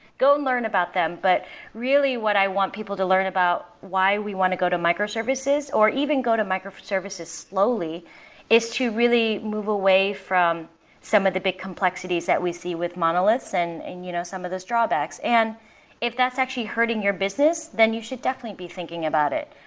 go and learn about them. but really, what i want people to learn about why we want to go to microservices or even go to microservices slowly is to really move away from some of the big complexities that we see with monoliths and and you know some of these drawbacks. and if that's actually hurting your business then you should definitely be thinking about it.